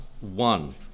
one